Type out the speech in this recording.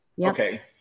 Okay